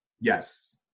Yes